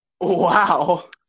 Wow